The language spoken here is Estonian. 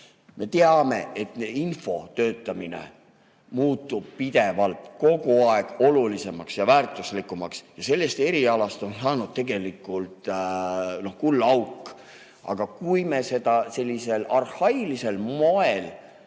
Me teame, et infotöötlemine muutub pidevalt kogu aeg olulisemaks ja väärtuslikumaks ja sellest erialast on saanud tegelikult kullaauk. Aga kui me seda sellisel arhailisel moel